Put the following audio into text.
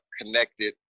connected